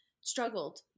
struggled